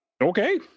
Okay